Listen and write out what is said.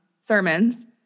sermons